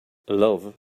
love